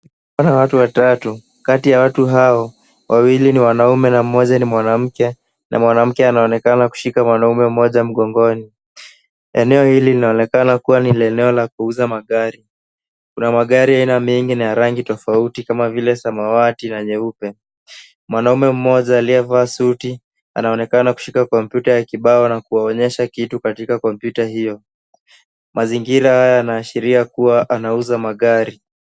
Watu watatu kati ya watu hao wawili ni wanaume na mmoja ni mwanamke na mwanamke anaonekana kushika mwanaume mmoja mgongoni. Eneo hili linaonekana kuwa ni eneo la kuuza magari. Kuna magari aina mingi na ya rangi tofauti kama vile samawati na nyeupe. Mwanaume mmoja aliyevaa suti anaonekana kushika kompyuta ya kibao na kuwaonyesha kitu kwenye kompyuta hiyo. Mazingira yanaashiria kuwa anauza magari.